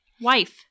Wife